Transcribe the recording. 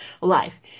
life